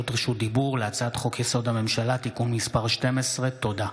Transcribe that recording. רשות דיבור להצעת חוק-יסוד: הממשלה (תיקון מס' 12). תודה.